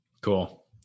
Cool